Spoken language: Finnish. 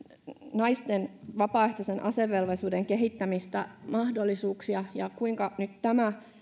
naisten vapaaehtoisen asevelvollisuuden kehittämistä mahdollisuuksia kuinka tämä nyt